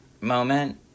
moment